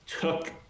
took